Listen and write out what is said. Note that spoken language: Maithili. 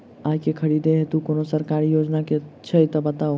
आइ केँ खरीदै हेतु कोनो सरकारी योजना छै तऽ बताउ?